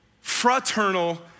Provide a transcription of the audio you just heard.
fraternal